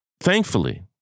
thankfully